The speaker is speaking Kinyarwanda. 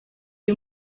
uri